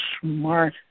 smart